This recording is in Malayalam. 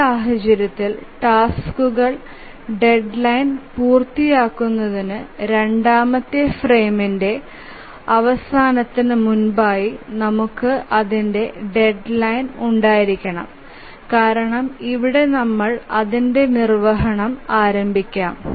ഈ സാഹചര്യത്തിൽ ടാസ്കുകൾ ഡെഡ്ലൈൻ പൂർത്തിയാക്കുന്നതിന് രണ്ടാമത്തെ ഫ്രെയിമിന്റെ അവസാനത്തിന് മുമ്പായി നമുക്ക് അതിന്റെ ഡെഡ്ലൈൻ ഉണ്ടായിരിക്കണം കാരണം ഇവിടെ നമ്മൾ അതിന്റെ നിർവ്വഹണം ആരംഭിക്കാം